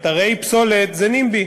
אתרי פסולת זה NIMBY,